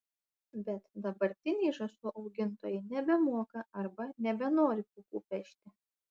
bet dabartiniai žąsų augintojai nebemoka arba nebenori pūkų pešti